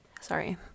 Sorry